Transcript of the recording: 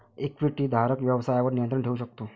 इक्विटीधारक व्यवसायावर नियंत्रण ठेवू शकतो